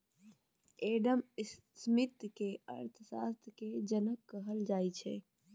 Adam Smith केँ अर्थशास्त्र केर जनक कहल जाइ छै